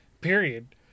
period